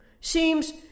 seems